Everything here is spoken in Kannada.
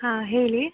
ಹಾಂ ಹೇಳಿ